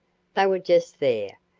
they were just there,